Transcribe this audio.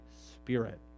Spirit